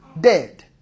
Dead